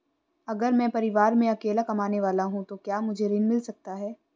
अगर मैं परिवार में अकेला कमाने वाला हूँ तो क्या मुझे ऋण मिल सकता है?